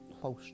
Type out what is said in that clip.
close